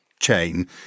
chain